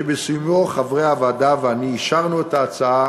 ובסיומו חברי הוועדה ואני אישרנו את ההצעה